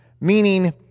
meaning